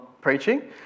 preaching